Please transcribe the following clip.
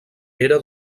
era